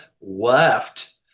left